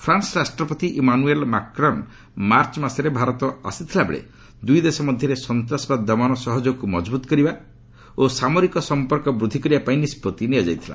France ରାଷ୍ଟ୍ରପତି Emmanuel Macron March ମାସରେ ଭାରତ ଆସିଥିବାବେଳେ ଦୁଇଦେଶ ମଧ୍ୟରେ ସସ୍ତାସବାଦ ଦମନ ସହଯୋଗକୁ ମଜଭୁତ କରିବା ଓ ସାମରିକ ସମ୍ପର୍କ ବୃଦ୍ଧି କରିବା ପାଇଁ ନିଷ୍ପଭି ନିଆଯାଇଥିଲା